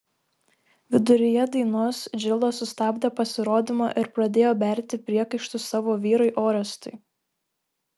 viduryje dainos džilda sustabdė pasirodymą ir pradėjo berti priekaištus savo vyrui orestui